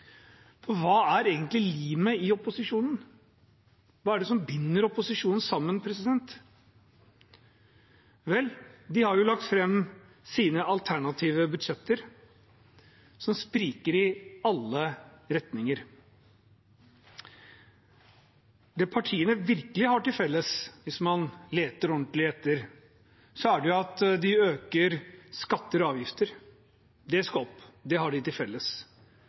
langt. Hva er egentlig limet i opposisjonen? Hva er det som binder opposisjonen sammen? Vel, de har jo lagt fram sine alternative budsjetter, som spriker i alle retninger. Det partiene virkelig har til felles, hvis man leter ordentlig etter, er at de øker skatter og avgifter. De skal opp – det har partiene til felles. Videre har de til felles